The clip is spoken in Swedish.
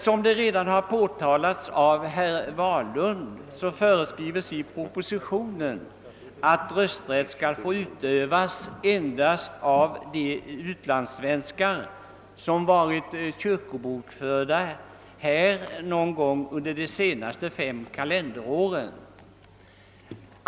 Som det redan har påpekats av herr Wahlund föreslås i propositionen, att rösträtt skall få utövas endast av de utlandssvenskar som varit kyrkobokförda här i landet någon gång under de fem senaste kalenderåren.